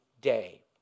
day